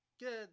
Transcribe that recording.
Good